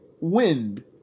wind